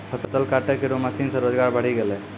फसल काटै केरो मसीन सें रोजगार बढ़ी गेलै